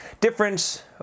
difference